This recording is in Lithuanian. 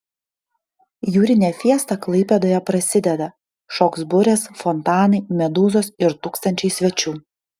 jūrinė fiesta klaipėdoje prasideda šoks burės fontanai medūzos ir tūkstančiai svečių